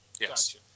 yes